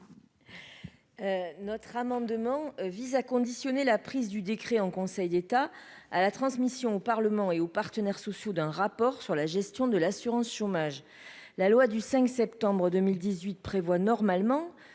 Notre amendement vise à conditionner la prise du décret en Conseil d'État à la transmission au Parlement et aux partenaires sociaux d'un rapport sur la gestion de l'assurance chômage, la loi du 5 septembre 2018 prévoit normalement